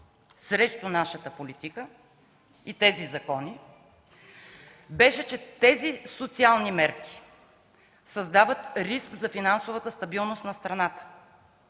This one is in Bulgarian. срещу нашата политика и тези закони, беше, че тези социални мерки създават риск за финансовата стабилност на страната,